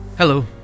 Hello